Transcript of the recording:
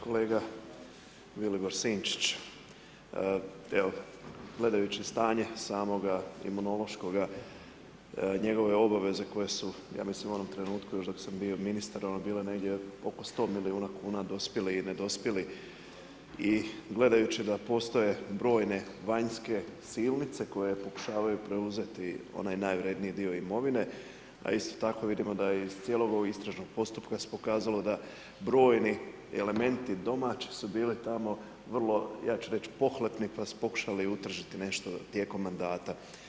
Kolega Vilibor Sinčić, evo gledajući stanje samoga Imunološkoga, njegove obaveze koje su, ja mislim u onom trenutku još dok sam bio ministar bile negdje oko 100 milijuna kuna dospjele i nedospjeli i gledajući da postoje brojne vanjske silnice koje pokušavaju preuzeti onaj najvredniji dio imovine, a isto tako vidimo da je iz cijelog ovog istražnog postupka se pokazalo da brojni elementi domaći su bili tamo vrlo, ja ću reći pohlepni pa su pokušali utržiti nešto tijekom mandata.